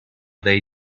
dai